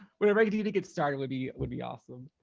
whatever i can do to get started would be, would be awesome.